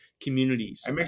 communities